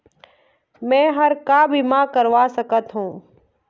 मैं हर का बीमा करवा सकत हो?